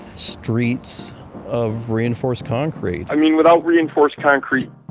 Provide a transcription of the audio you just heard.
streets of reinforced concrete i mean, without reinforced concrete,